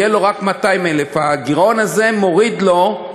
יהיו לו רק 200,000. הגירעון הזה מוריד לו,